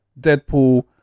Deadpool